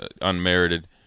unmerited